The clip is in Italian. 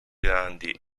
grandi